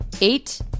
eight